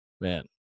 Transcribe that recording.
man